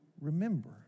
remember